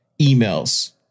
emails